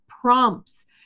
prompts